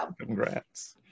congrats